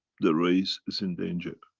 the race is in danger,